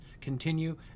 continue